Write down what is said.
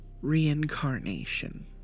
Reincarnation